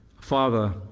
Father